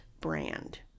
brand